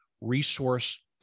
resource